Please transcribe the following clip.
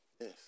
Yes